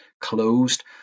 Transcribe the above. closed